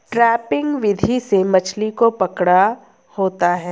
trapping विधि से मछली को पकड़ा होता है